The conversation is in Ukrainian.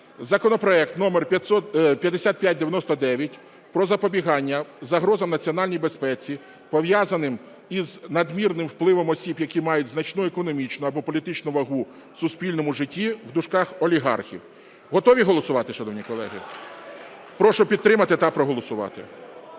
законопроект (№ 5599) про запобігання загрозам національній безпеці, пов'язаним із надмірним впливом осіб, які мають значну економічну або політичну вагу в суспільному житті (олігархів). Готові голосувати, шановні колеги? Прошу підтримати та проголосувати.